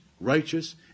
righteous